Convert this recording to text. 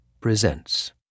presents